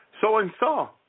so-and-so